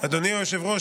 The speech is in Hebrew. אדוני היושב-ראש,